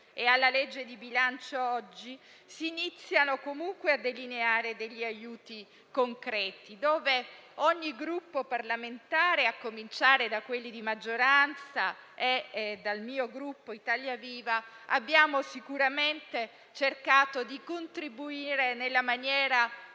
e alla legge di bilancio oggi, si iniziano comunque a delineare degli aiuti concreti, a cui ogni Gruppo parlamentare, a cominciare da quelli di maggioranza e dal mio Gruppo Italia Viva, ha sicuramente cercato di contribuire nella maniera